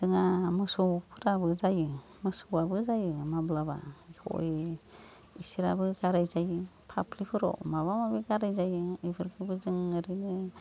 जोंहा मोसौफोराबो जायो मोसौआबो जायो माब्लाबा सय इसोराबो गाराय जायो फाफ्लिफोराव माबा माबि गाराय जायो इफोरखौबो जों ओरैनो